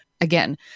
again